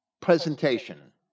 presentation